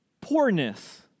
poorness